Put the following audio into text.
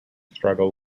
struggle